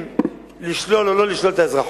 אם לשלול או לא לשלול את האזרחות.